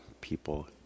people